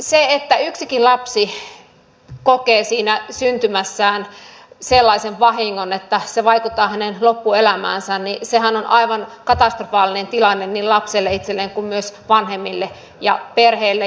se että yksikin lapsi kokee siinä syntymässään sellaisen vahingon että se vaikuttaa hänen loppuelämäänsä on aivan katastrofaalinen tilanne niin lapselle itselleen kuin myös vanhemmille ja perheelle